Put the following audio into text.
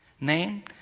name